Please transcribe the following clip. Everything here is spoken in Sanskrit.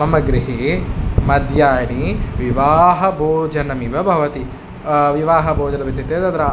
मम गृहे मध्याह्ने विवाहभोजनमिव भवति विवाहभोजनमित्युक्ते तत्र